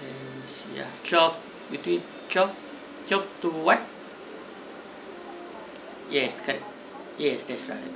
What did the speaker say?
let me see ya twelve between twelve twelve to one yes yes that's right